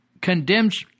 condemns